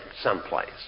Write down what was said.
someplace